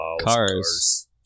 Cars